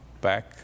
back